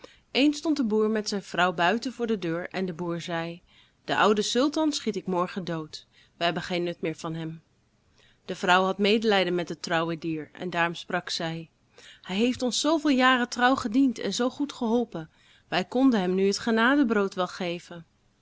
eens stond de boer met zijn vrouw buiten voor de deur en de boer zei den ouden sultan schiet ik morgen dood wij hebben geen nut meer van hem de vrouw had medelijden met het trouwe dier en daarom sprak zij hij heeft ons zoo veel jaren trouw gediend en zoo goed geholpen wij konden hem nu het genadebrood wel geven